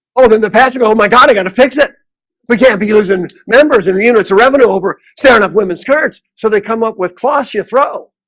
oh then the patrick, oh my god, i gotta fix it we can't be using members in the units of revenue over sarin up women's skirts. so they come up with cloths you throw